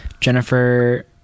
Jennifer